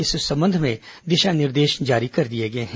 इस संबंध में दिशा निर्देश जारी कर दिए गए हैं